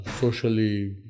socially